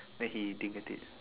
then he Din get it